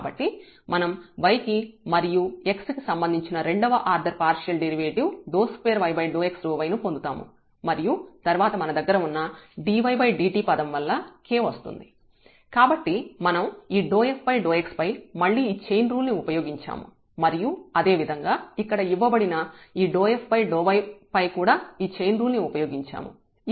కాబట్టి మనం y మరియు x కి సంబంధించిన second order partial derivative 𝜕2y𝜕x 𝜕yను పొందుతాము మరియు తర్వాత మన దగ్గర ఉన్న dydtపదం వల్ల k వస్తుంది కాబట్టి మనం ఈ f∂x పై మళ్ళీ ఈ చైన్ రూల్ ను ఉపయోగించాము మరియు అదేవిధంగా ఇక్కడ ఇవ్వబడిన ఈ f∂y పై కూడా ఈ చైన్ రూల్ ని ఉపయోగించాము